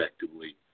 effectively